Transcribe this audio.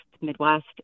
Midwest